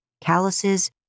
calluses